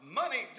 money